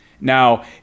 now